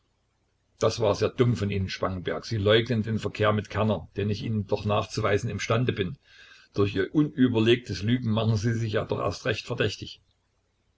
das war sehr dumm von ihnen spangenberg sie leugnen den verkehr mit kerner den ich ihnen doch nachzuweisen imstande bin durch ihr unüberlegtes lügen machen sie sich ja doch erst recht verdächtig